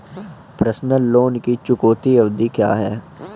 Personal loan की चुकौती अवधि क्या है?